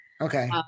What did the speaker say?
Okay